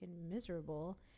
miserable